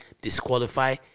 disqualify